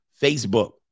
Facebook